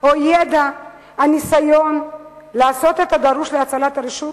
או ידע וניסיון לעשות את הדרוש להצלת הרשות?